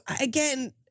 again